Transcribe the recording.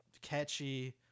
catchy